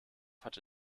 hatte